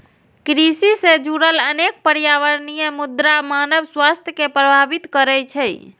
कृषि सं जुड़ल अनेक पर्यावरणीय मुद्दा मानव स्वास्थ्य कें प्रभावित करै छै